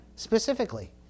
Specifically